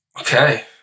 Okay